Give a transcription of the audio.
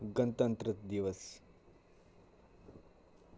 गणतंत्र दिवस